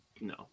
No